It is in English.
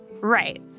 Right